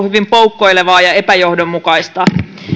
hyvin poukkoilevia ja epäjohdonmukaisia